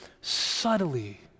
subtly